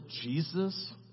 Jesus